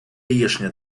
яєчня